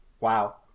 Wow